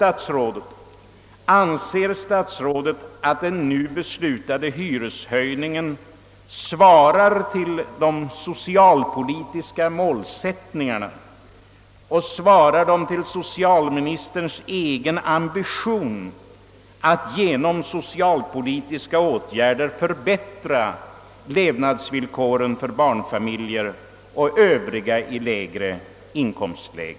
Anser statsrådet att den nu beslutade hy höjning reshöjningen svarar mot de socialpolitiska målsättningarna och mot socialministerns egen ambition att genom socialpolitiska åtgärder förbättra levnadsvillkoren för barnfamiljer och övriga med lägre inkomster?